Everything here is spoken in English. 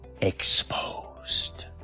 exposed